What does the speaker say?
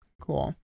Cool